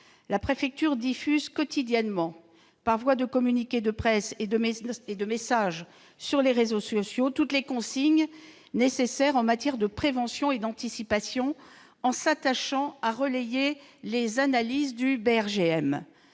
La préfecture diffuse quotidiennement, par voie de communiqués de presse et de messages sur les réseaux sociaux, toutes les consignes nécessaires en matière de prévention et d'anticipation en s'attachant à relayer les analyses du Bureau